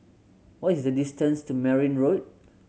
what is the distance to Merryn Road